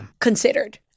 considered